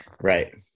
Right